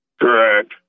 Correct